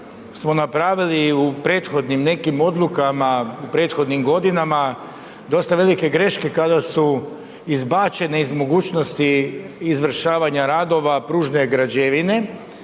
smo napravili u prethodnim nekim odlukama u prethodnim godinama dosta velike greške kada su izbačene iz mogućnosti izvršavanja radova pružne građevine,